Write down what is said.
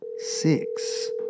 Six